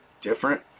different